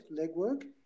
legwork